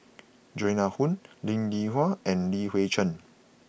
Joan Hon Linn In Hua and Li Hui Cheng